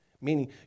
Meaning